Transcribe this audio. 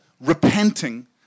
repenting